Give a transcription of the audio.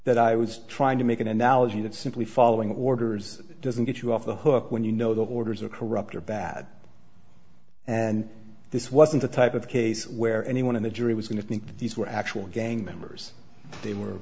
that i was trying to make an analogy that simply following orders doesn't get you off the hook when you know the orders are corrupt or bad and this wasn't the type of case where anyone on the jury was going to think these were actual gang members they were